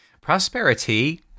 Prosperity